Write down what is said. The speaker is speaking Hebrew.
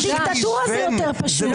-- דיקטטורה זה יותר פשוט.